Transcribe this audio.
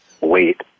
wait